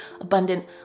abundant